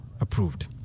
approved